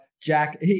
Jack